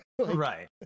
Right